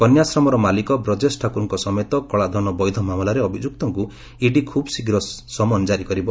କନ୍ୟାଶ୍ରମର ମାଲିକ ବ୍ରଜେଶ ଠାକୁରଙ୍କ ସମେତ କଳାଧନ ବୈଧ ମାମଲାରେ ଅଭିଯୁକ୍ତଙ୍କୁ ଇଡି ଖୁବ୍ ଶୀଘ୍ର ସମନ୍ କାରି କରିବ